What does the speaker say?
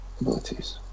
abilities